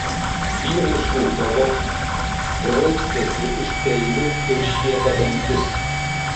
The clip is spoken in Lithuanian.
vyrai šūkavo graibstėsi už peilių ir šiepė dantis